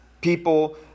people